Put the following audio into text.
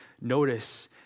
Notice